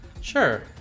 Sure